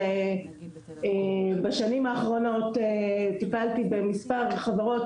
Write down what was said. בשנים האחרונות טיפלתי במספר חברות